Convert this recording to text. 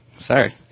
Sorry